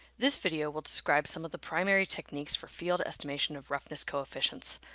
this video will describe some of the primary techniques for field estimation of roughness coefficients.